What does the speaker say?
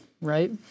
right